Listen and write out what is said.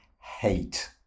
hate